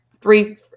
three